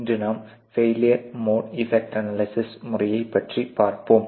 இன்று நாம் failure mode effect analysis முறையைப் பற்றி பார்ப்போம்